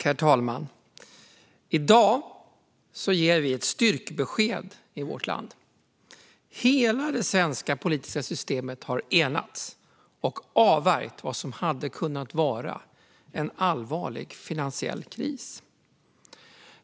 Herr talman! I dag ger vi ett styrkebesked i vårt land. Hela det svenska politiska systemet har enats och avvärjt vad som hade kunnat vara en allvarlig finansiell kris.